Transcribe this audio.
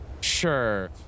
sure